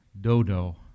Dodo